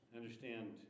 understand